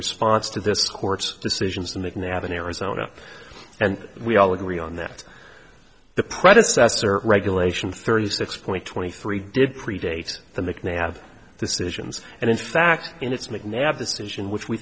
response to this court's decisions to make and they have in arizona and we all agree on that the predecessor regulation thirty six point twenty three did predate the mcnay have the stations and in fact in its mcnab decision which we